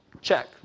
Check